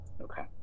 Okay